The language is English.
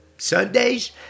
Sundays